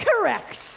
Correct